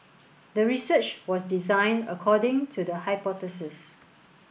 the research was designed according to the hypothesis